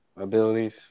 abilities